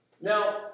Now